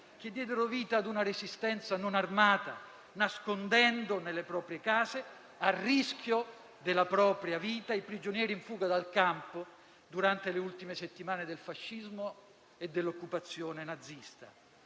che diedero vita a una resistenza non armata, nascondendo nelle proprie case, a rischio della propria vita, i prigionieri in fuga dal campo durante le ultime settimane del fascismo e dell'occupazione nazista.